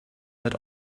that